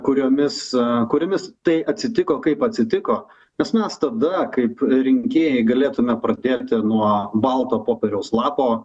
kuriomis kuriomis tai atsitiko kaip atsitiko nes mes tada kaip rinkėjai galėtume pradėti nuo balto popieriaus lapo